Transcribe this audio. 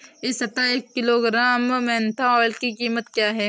इस सप्ताह एक किलोग्राम मेन्था ऑइल की कीमत क्या है?